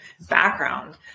background